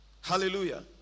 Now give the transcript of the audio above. Hallelujah